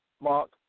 Mark